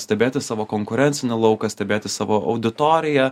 stebėti savo konkurencinį lauką stebėti savo auditoriją